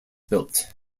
built